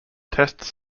tests